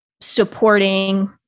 supporting